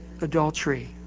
adultery